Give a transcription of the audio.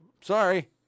Sorry